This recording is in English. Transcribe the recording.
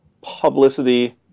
publicity